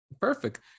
perfect